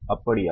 அப்படியா